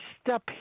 step